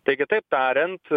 tai kitaip tariant